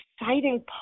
exciting